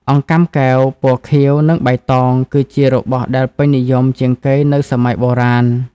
អង្កាំកែវពណ៌ខៀវ និងបៃតង គឺជារបស់ដែលពេញនិយមជាងគេនៅសម័យបុរាណ។